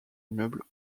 immeuble